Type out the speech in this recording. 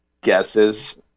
guesses